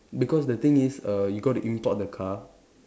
because the thing is err you got to import the car